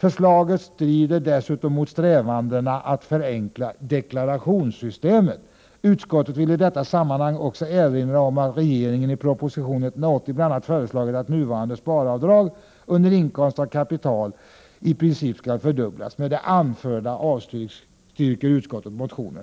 Förslaget strider dessutom mot strävandena att förenkla deklarationssystemet. Utskottet vill i detta sammanhang också erinra om att regeringen i proposition 180 bl.a. föreslagit att nuvarande sparavdrag under inkomst av kapital i princip skall fördubblas. Med det anförda avstyrker utskottet motion